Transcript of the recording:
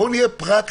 בואו נהיה פרקטיים,